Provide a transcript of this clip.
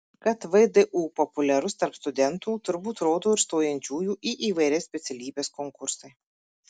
kad vdu populiarus tarp studentų turbūt rodo ir stojančiųjų į įvairias specialybes konkursai